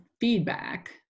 feedback